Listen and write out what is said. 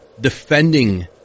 defending